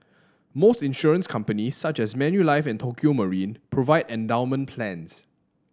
most insurance companies such as Manulife and Tokio Marine provide endowment plans